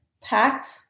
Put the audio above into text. packed